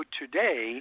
today